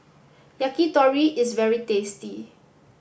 Yakitori is very tasty